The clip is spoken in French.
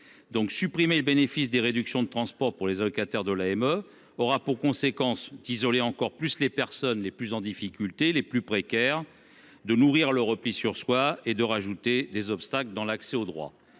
lors, supprimer le bénéfice des réductions dans les transports pour les allocataires de l’AME aura pour conséquence d’isoler encore plus les personnes les plus précaires, de nourrir le repli sur soi et d’ajouter des obstacles à l’accès aux droits.